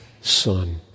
Son